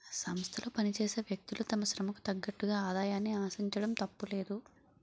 సంస్థలో పనిచేసే వ్యక్తులు తమ శ్రమకు తగ్గట్టుగా ఆదాయాన్ని ఆశించడం తప్పులేదు